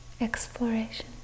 exploration